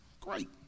great